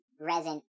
resin